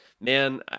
man